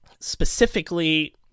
Specifically